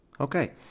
Okay